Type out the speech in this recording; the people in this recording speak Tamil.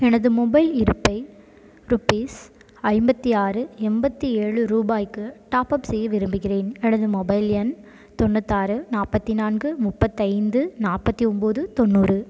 எனது மொபைல் இருப்பை ருப்பீஸ் ஐம்பத்தி ஆறு எண்பத்தி ஏழு ரூபாய்க்கு டாப்அப் செய்ய விரும்புகிறேன் எனது மொபைல் எண் தொண்ணூத்தாறு நாற்பத்தி நான்கு முப்பத்தைந்து நாற்பத்தி ஒம்போது தொண்ணூறு